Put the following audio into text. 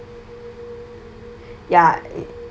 ya